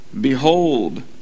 Behold